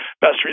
best